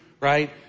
right